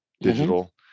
digital